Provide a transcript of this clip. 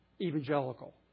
evangelical